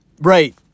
Right